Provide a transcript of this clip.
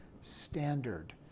standard